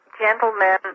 Gentlemen